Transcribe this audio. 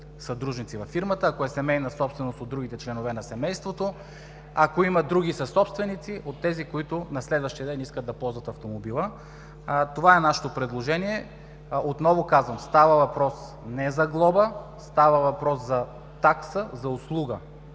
съдружници във фирмата, ако е семейна собственост – от другите членове на семейството, ако има други съсобственици – от тези, които на следващия ден искат да ползват автомобила. Това е нашето предложение. Отново казвам, става въпрос не за глоба, става въпрос за такса, за услуга,